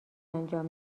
انجام